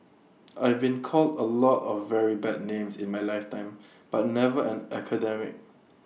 I've been called A lot of very bad names in my lifetime but never an academic